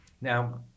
now